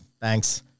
Thanks